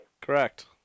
Correct